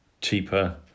cheaper